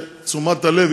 ותשומת הלב,